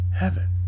heaven